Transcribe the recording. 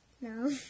No